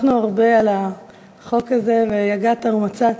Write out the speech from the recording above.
חוק ומשפט